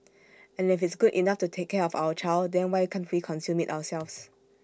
and if it's good enough to take care of our child then why can't we consume IT ourselves